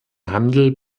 handel